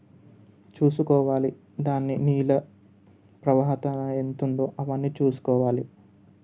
చూసుకోవాలి దాన్ని నీళ్ళ ప్రవాహం ఎంత ఉందో అవన్నీ చూసుకోవాలి